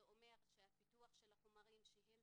זה אומר שהפיתוח של החומרים שהם